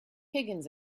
higgins